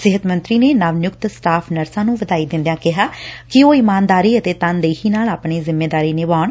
ਸਿਹਤ ਮੰਤਰੀ ਨੇ ਨਵ ਨਿਯੁਕਤ ਸਟਾਫ਼ ਨਰਸਾਂ ਨੂੰ ਵਧਾਈ ਦਿੰਦਿਆਂ ਕਿਹਾ ਕਿ ਉਹ ਇਮਾਨਦਾਰੀ ਅਤੇ ਤਨਦੇਹੀ ਨਾਲ ਆਪਣੀ ਜਿੰਮੇਦਾਰੀ ਨਿਭਾਉਣ